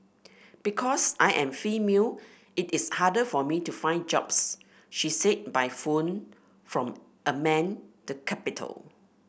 because I am female it is harder for me to find jobs she said by phone from Amman the capital